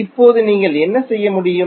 இப்போது நீங்கள் என்ன செய்ய முடியும்